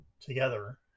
together